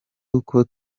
uko